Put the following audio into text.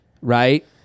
Right